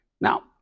Now